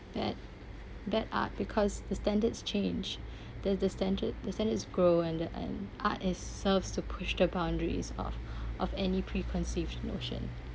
bad bad art because the standards change the the standard the standard is growing and art is serves to push the boundaries of of any preconceived notion